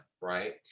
right